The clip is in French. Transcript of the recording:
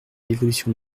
l’évolution